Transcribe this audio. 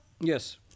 Yes